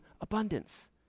abundance